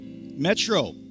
Metro